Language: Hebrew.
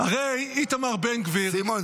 הרי איתמר בן גביר -- סימון,